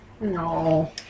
no